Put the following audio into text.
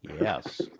Yes